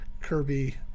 Kirby